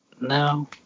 no